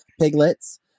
piglets